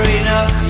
enough